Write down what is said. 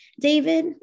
David